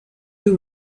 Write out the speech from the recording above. you